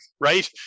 right